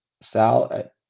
Sal